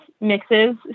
mixes